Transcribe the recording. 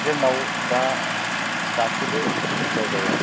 जोंनाव दा गासिबो जायगायाव